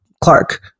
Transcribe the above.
Clark